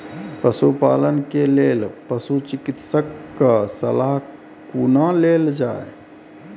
पशुपालन के लेल पशुचिकित्शक कऽ सलाह कुना लेल जाय?